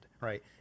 Right